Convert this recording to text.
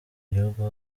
gihugu